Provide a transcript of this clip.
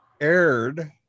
aired